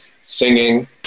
singing